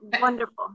wonderful